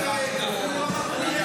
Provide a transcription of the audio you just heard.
מה זה, אפילו לא נתת לה